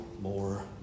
more